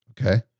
Okay